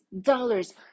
dollars